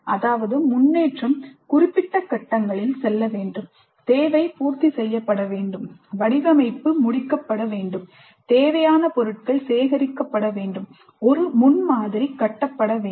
அதாவது முன்னேற்றம் குறிப்பிட்ட கட்டங்களில் செல்ல வேண்டும் தேவை பூர்த்தி செய்யப்பட வேண்டும் வடிவமைப்பு முடிக்கப்பட வேண்டும் தேவையான பொருட்கள் சேகரிக்கப்பட வேண்டும் ஒரு முன்மாதிரி கட்டப்பட வேண்டும்